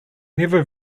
never